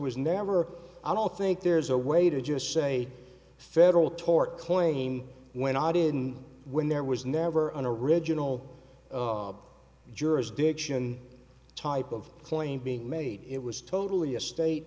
was never i don't think there's a way to just say federal tort claim when i didn't when there was never an original jurisdiction type of claim being made it was totally a state